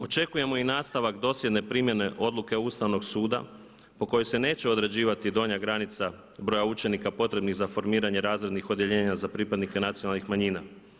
Očekujemo i nastavak dosljedne primjene odluke Ustavnog suda po kojoj se neće određivati donja granica broja učenika potrebnih za formiranje razrednih odjeljenja za pripadnike nacionalnih manjina.